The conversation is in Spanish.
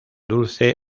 dulce